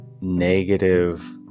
negative